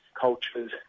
cultures